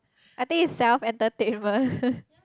I think it's self entertainment